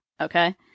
Okay